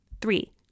Three